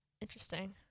Interesting